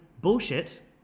bullshit